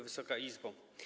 Wysoka Izbo!